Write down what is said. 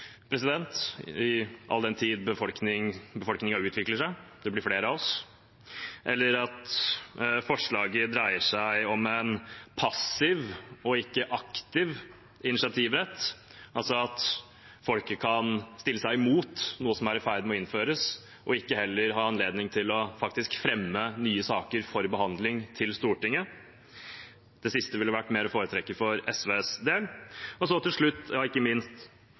all den tid befolkningen utvikler seg og det blir flere av oss. Forslaget dreier seg også om en passiv, ikke aktiv, initiativrett, altså at folket kan stille seg imot noe som er i ferd med å innføres, og ikke heller ha anledning til faktisk å fremme nye saker for behandling til Stortinget. Det siste ville vært mer å foretrekke for SVs del. Så til slutt, men ikke minst: